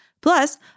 Plus